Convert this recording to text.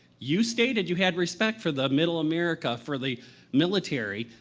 you stated you had respect for the middle america, for the military,